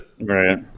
Right